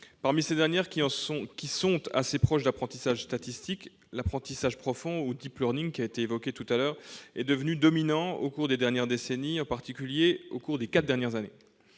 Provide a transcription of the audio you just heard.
Parmi ces dernières, assez proches des apprentissages statistiques, l'apprentissage profond ou, évoqué tout à l'heure, est devenu dominant au cours des dernières décennies, en particulier au cours des quatre dernières années.